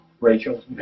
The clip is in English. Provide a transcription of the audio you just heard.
Rachel